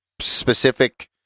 specific